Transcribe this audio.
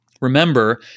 Remember